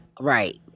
Right